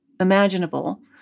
imaginable